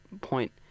point